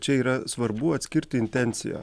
čia yra svarbu atskirti intenciją